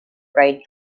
pride